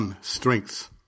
Strengths